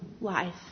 life